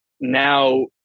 now